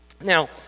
Now